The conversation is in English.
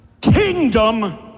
kingdom